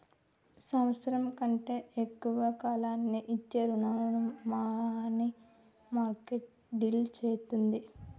సంవత్సరం కంటే తక్కువ కాలానికి ఇచ్చే రుణాలను మనీమార్కెట్ డీల్ చేత్తది